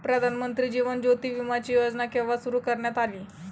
प्रधानमंत्री जीवन ज्योती विमाची योजना केव्हा सुरू करण्यात आली?